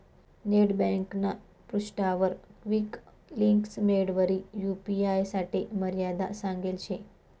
net ब्यांकना पृष्ठावर quick links मेंडवरी यू.पी.आय साठे मर्यादा सांगेल शे